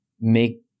make